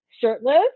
shirtless